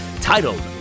titled